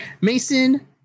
Mason